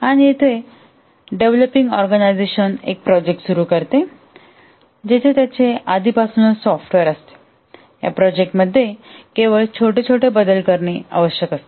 आणि येथे developing organization एक प्रोजेक्ट सुरू करते जिथे त्याचे आधीपासूनच सॉफ्टवेअर आहे या प्रोजेक्ट मध्ये केवळ छोटे बदल करणे आवश्यक आहे